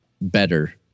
better